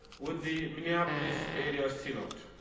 with the minneapolis area synod.